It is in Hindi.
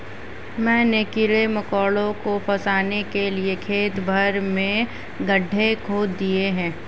मैंने कीड़े मकोड़ों को फसाने के लिए खेत भर में गड्ढे खोद दिए हैं